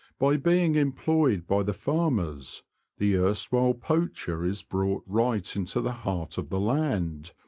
by being employed by the farmers the erstwhile poacher is brought right into the heart of the land,